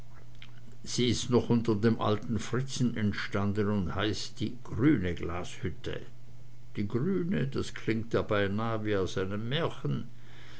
sie ist noch unter dem alten fritzen entstanden und heißt die grüne glashütte die grüne das klingt ja beinah wie aus nem märchen